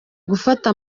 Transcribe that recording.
gufata